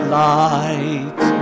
light